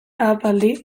ahapaldi